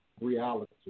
reality